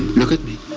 look at me.